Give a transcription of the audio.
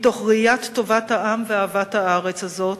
מתוך ראיית טובת העם ואהבת הארץ הזאת,